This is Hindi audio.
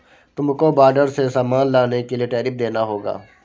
तुमको बॉर्डर से सामान लाने के लिए टैरिफ देना होगा